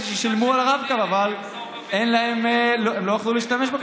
ששילמו על הרב-קו אבל לא יכלו להשתמש בו,